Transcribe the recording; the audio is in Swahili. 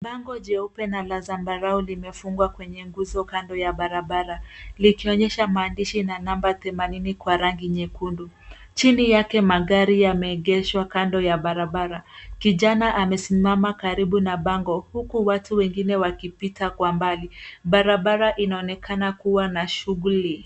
Bango jeupe na la zambarau limefungwa kwenye nguzo kando ya barabara, likionyesha maandishi na namba themanini kwa rangi nyekundu. Chini yake magari yameegeshwa kando ya barabara. Kijana amesimama karibu na bango huku watu wengine wakipita kwa mbali. Barabara inaonekana kuwa na shughuli.